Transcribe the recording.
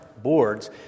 boards